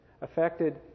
affected